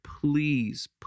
please